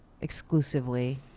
exclusively